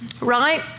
right